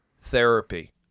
therapy